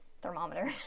thermometer